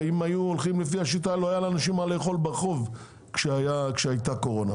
אם היו הולכים לפי השיטה שלכם לאנשים לא היה מה לאכול כשהייתה הקורונה.